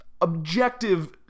objective